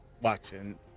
watching